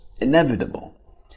inevitable